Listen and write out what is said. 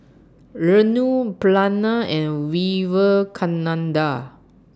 Renu Pranav and Vivekananda